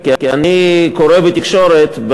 כי אני קורא בתקשורת,